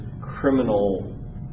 criminal